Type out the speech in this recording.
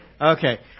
Okay